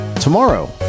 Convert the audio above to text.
tomorrow